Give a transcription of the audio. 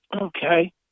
Okay